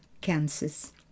Kansas